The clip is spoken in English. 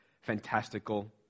fantastical